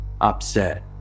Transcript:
upset